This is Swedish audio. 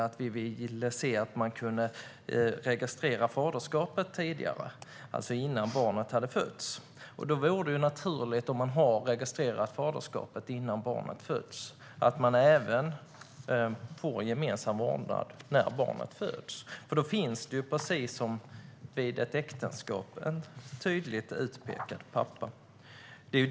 Utskottet ville se att man kunde registrera faderskapet tidigare, alltså innan barnet hade fötts. Om man har registrerat faderskapet före barnets födsel vore det naturligt att man även får gemensam vårdnad när barnet väl föds. Då finns det, precis som vid ett äktenskap, en tydligt utpekad pappa.